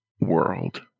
World